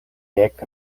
dek